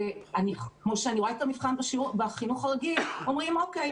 כמו שאני רואה את המבחן בחינוך הרגיל אומרים 'אוקיי,